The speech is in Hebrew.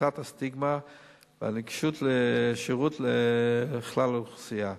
הפחתת הסטיגמה והנגשת שירות לכלל האוכלוסייה,